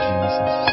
Jesus